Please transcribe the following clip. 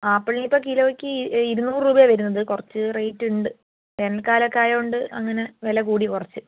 ആപ്പിളിനിപ്പം കിലോയ്ക്ക് ഇരുന്നൂറ് രൂപയാണ് വരുന്നത് കുറച്ച് റേറ്റ് ഉണ്ട് വേനൽക്കാലമൊക്കെയായതു കൊണ്ട് അങ്ങനെ വില കൂടി കുറച്ച്